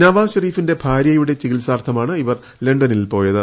നവാസ് ഷെരീഫിന്റെ ഭാര്യയുടെ ചികിത്സാർത്ഥമാണ് ഇവർ ലണ്ടനിൽ പോയത്